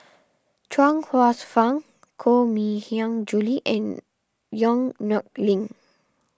Chuang Hsueh Fang Koh Mui Hiang Julie and Yong Nyuk Lin